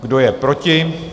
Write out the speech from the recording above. Kdo je proti?